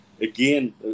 again